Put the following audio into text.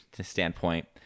standpoint